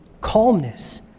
calmness